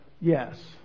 yes